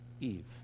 Eve